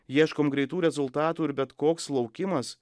ieškom greitų rezultatų ir bet koks laukimas